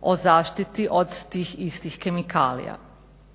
o zaštiti od tih istih kemikalija.